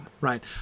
right